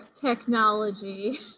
technology